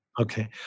Okay